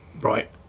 right